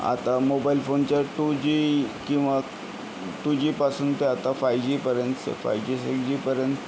आता मोबाईल फोनच्या two G किंवा टू जीपासून ते आता फाय जीपर्यंत फाय जी सिक्स जीपर्यंत